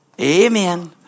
Amen